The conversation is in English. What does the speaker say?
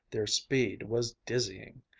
their speed was dizzying.